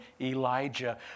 Elijah